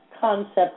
concept